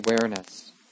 awareness